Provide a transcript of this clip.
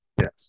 Yes